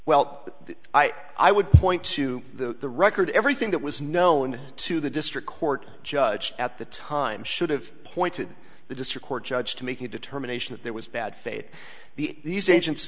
well i would point to the record everything that was known to the district court judge at the time should have pointed to the district court judge to make a determination that there was bad faith the these agents